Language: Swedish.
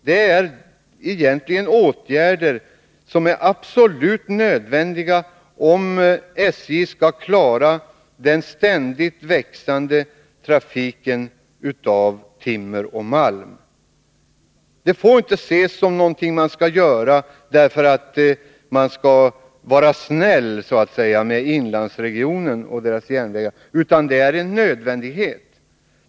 Det är egentligen åtgärder som är absolut nödvändiga för att SJ skall klara den ständigt växande transporten av timmer och malm. Det får inte ses som någonting man måste göra därför att man skall så att säga vara snäll mot inlandsregionen och dess järnvägar, utan det är en nödvändighet.